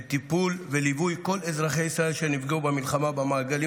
בטיפול וליווי כל אזרחי ישראל שנפגעו במלחמה במעגלים